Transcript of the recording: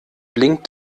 blinkt